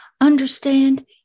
understand